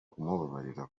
kumubabarira